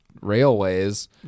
railways